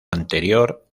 anterior